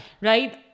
Right